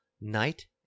night